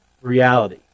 reality